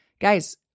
guys